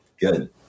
Good